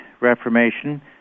Reformation